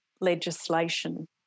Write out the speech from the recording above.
legislation